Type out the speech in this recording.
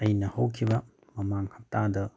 ꯑꯩꯅ ꯍꯧꯈꯤꯕ ꯃꯃꯥꯡ ꯍꯞꯇꯥꯗ